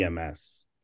EMS